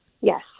Yes